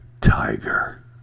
Tiger